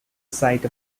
site